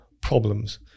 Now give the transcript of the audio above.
problems